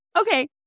Okay